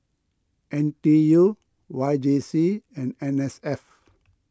N T U Y J C and N S F